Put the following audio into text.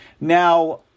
Now